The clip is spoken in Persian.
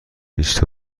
بیست